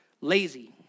lazy